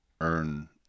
earn